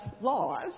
laws